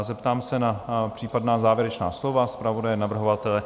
Zeptám se na případná závěrečná slova zpravodaje a navrhovatele?